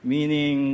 Meaning